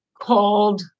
cold